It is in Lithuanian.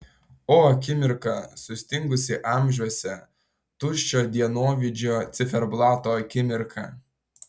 o akimirka sustingusi amžiuose tuščio dienovidžio ciferblato akimirka